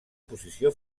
posició